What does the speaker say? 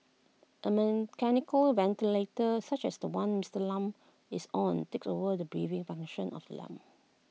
A mechanical ventilator such as The One Mister Lam is on takes over the breathing function of the lungs